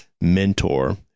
Mentor